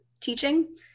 teaching